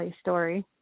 story